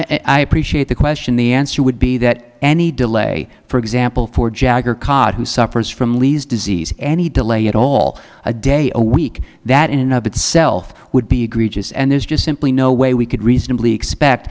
and i appreciate the question the answer would be that any delay for example for jagger cod who suffers from lee's disease any delay at all a day a week that in itself would be greta's and there's just simply no way we could reasonably expect